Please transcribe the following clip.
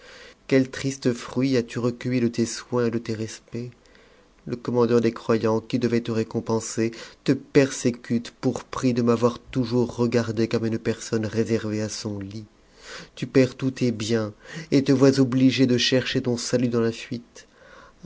quel triste fruit as-tu recueilli de tes soins et de tes respects le commandeur des croyants qui devrait te récompenser te persécute potu p x de m'avoir toujours regardée comme une personne réservée a son lit tu perds tous tes biens et te vois obligé de chercher ton salut jans la fuite